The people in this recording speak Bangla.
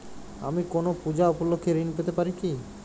আমি কোনো পূজা উপলক্ষ্যে ঋন পেতে পারি কি?